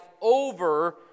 over